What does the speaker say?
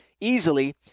easily